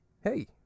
Hey